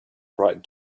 bright